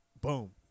Boom